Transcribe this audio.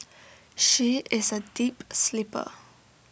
she is A deep sleeper